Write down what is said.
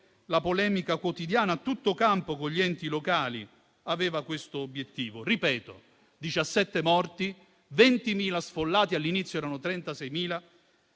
la polemica quotidiana a tutto campo con gli enti locali avevano questo obiettivo. Ripeto: diciassette morti e 20.000 sfollati, all'inizio erano 36.000,